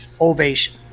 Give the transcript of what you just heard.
ovation